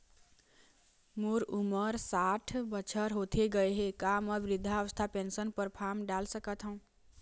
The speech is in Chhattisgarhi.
मोर उमर साठ बछर होथे गए हे का म वृद्धावस्था पेंशन पर फार्म डाल सकत हंव?